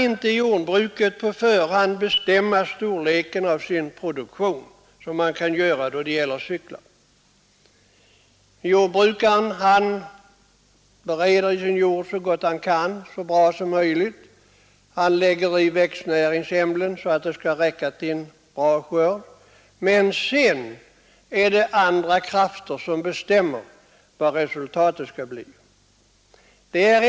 Inom jordbruket kan man inte på förhand bestämma storleken av sin produktion, något som man kan göra när det gäller cyklar. Jordbrukaren bereder sin jord så gott han kan, ger den växtnäringsämnen i den omfattning som behövs för en riktig utveckling av växterna. Men sedan är det andra krafter som bestämmer vad resultatet skall bli.